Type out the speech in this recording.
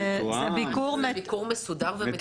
זה ביקור מסודר ומתואם.